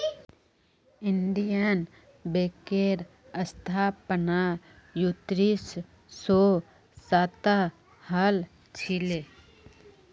Indian बैंकेर स्थापना उन्नीस सौ सातत हल छिले